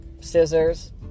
scissors